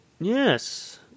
Yes